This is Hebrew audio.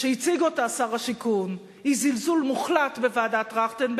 שהציג שר השיכון היא זלזול מוחלט בוועדת-טרכטנברג,